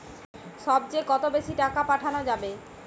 সব চেয়ে কত বেশি টাকা পাঠানো যাবে?